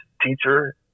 teacher